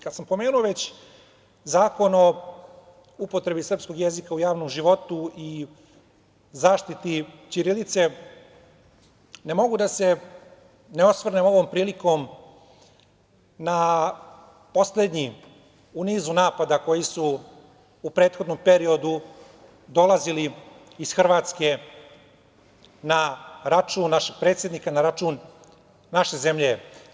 Kada sam pomenuo već Zakon o upotrebi srpskog jezika u javnom životu i zaštiti ćirilice, ne mogu da se ne osvrnem ovom prilikom na poslednji u nizu napada koji su u prethodnom periodu dolazili iz Hrvatske na račun našeg predsednika, na račun naše zemlje.